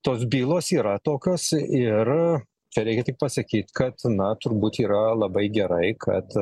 tos bylos yra tokios ir čia reikia tik pasakyt kad na turbūt yra labai gerai kad